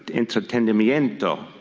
en-tre-teni-mien-to,